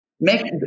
make